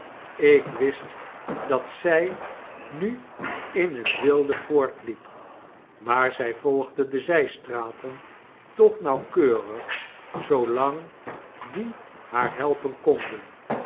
ik wist dat zij nuin hetwilde voortliep maar zy volgde de zijstraten toch nauwkeurig zoolang die haar helpen konden